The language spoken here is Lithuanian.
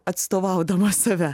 atstovaudama save